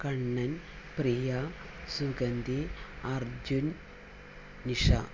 Kannan Priya Sugandhi Arjun Nisha